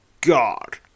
God